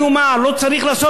לא צריך לעשות את זה.